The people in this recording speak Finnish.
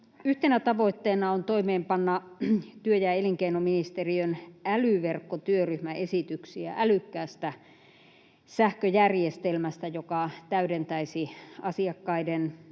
yhtenä tavoitteena on toimeenpanna työ- ja elinkeinoministeriön älyverkkotyöryhmän esityksiä älykkäästä sähköjärjestelmästä, joka täydentäisi asiakkaiden